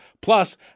Plus